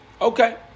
Okay